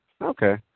Okay